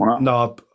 no